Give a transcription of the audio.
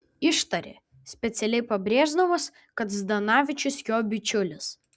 ištarė specialiai pabrėždamas kad zdanavičius jo bičiulis